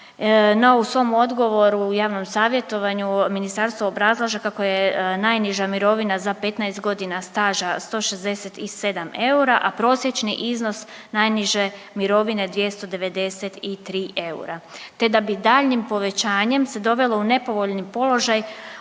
u svom odgovoru u javnom savjetovanju, ministarstvo obrazlaže kako je najniža mirovina za 15 godina staža 167 eura, a prosječni iznos najniže mirovine 293 eura te da bi daljnjem povećanjem se dovelo u nepovoljni položaj